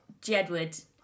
Jedward